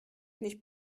nicht